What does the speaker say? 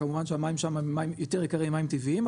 וכמובן שהמים שמה הם יותר יקרים ממים טבעיים,